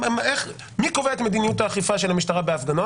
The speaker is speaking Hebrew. מי קובע את מדיניות האכיפה של המשטרה בהפגנות?